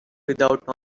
without